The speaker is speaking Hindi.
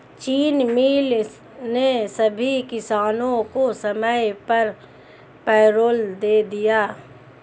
चीनी मिल ने सभी किसानों को समय पर पैरोल दे दिया